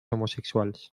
homosexuals